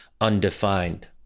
undefined